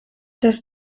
das